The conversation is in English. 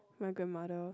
my grandmother